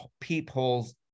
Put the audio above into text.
peepholes